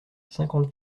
cinquante